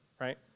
right